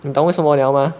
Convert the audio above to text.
你懂为什么了吗